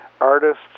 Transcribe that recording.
artist's